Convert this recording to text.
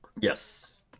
Yes